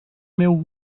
meu